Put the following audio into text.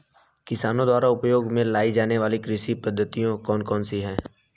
किसानों द्वारा उपयोग में लाई जाने वाली कृषि पद्धतियाँ कौन कौन सी हैं?